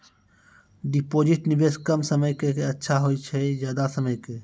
Deposit निवेश कम समय के के अच्छा होय छै ज्यादा समय के?